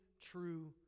true